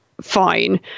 fine